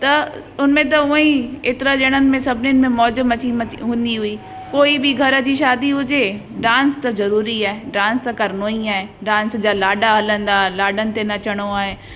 त उन में त ऊअं ई एतिरा ॼणनि सभिनीनि में मौज मची मची वेंदी हुई कोई बि घर जी शादी हुजे डांस त ज़रूरी आहे डांस त करिणो ई आहे डांस जा लाॾा हलंदा लाॾनि ते नचिणो आहे